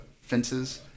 fences